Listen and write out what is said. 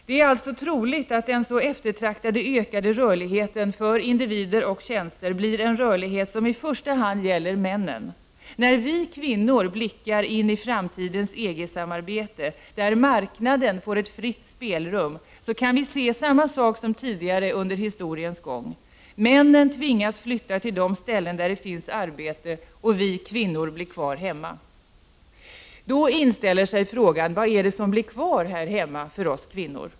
Det är alltså troligt att den så eftertraktade ökade rörligheten för individer och tjänster blir en rörlighet som i första hand gäller männen. När vi kvinnor blickar in i framtidens EG-samarbete, där marknaden får ett fritt spelrum, kan vi se samma sak som tidigare under historiens gång: Männen tvingas flytta till de ställen där det finns arbete och vi kvinnor blir kvar hemma. Då inställer sig frågan: Vad är det som blir kvar här hemma för oss kvinnor?